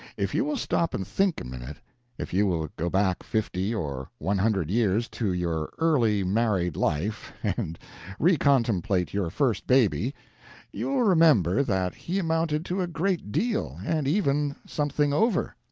if you will stop and think a minute if you will go back fifty or one hundred years to your early married life and recontemplate your first baby you will remember that he amounted to a great deal, and even something over.